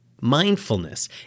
Mindfulness